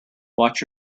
watch